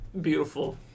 beautiful